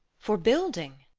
for building?